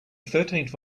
thirteenth